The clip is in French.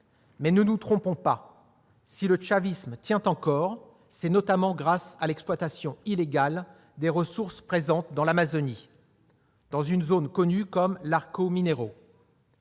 Mais ne nous trompons pas ! Si le chavisme tient encore, c'est notamment grâce à l'exploitation illégale des ressources présentes dans l'Amazonie, dans une zone connue comme l'.